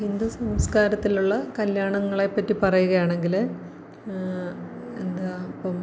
ഹിന്ദു സംസ്കാരത്തിലുള്ള കല്യാണങ്ങളെപ്പറ്റി പറയുകയാണെങ്കിൽ എന്താ ഇപ്പം